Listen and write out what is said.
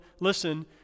listen